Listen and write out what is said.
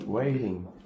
Waiting